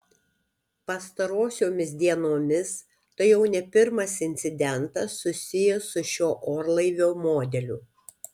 pastarosiomis dienomis tai jau ne pirmas incidentas susijęs su šiuo orlaivio modeliu